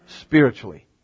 spiritually